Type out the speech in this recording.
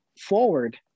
forward